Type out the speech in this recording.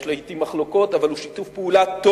יש לעתים מחלוקות, אבל הוא שיתוף פעולה טוב.